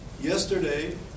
Yesterday